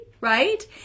right